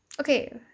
Okay